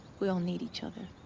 we all need each other.